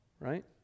right